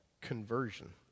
conversion